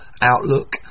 outlook